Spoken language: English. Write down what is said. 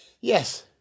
Yes